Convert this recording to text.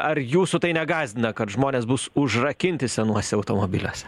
ar jūsų tai negąsdina kad žmonės bus užrakinti senuose automobiliuose